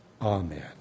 Amen